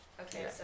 Okay